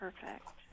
perfect